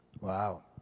Wow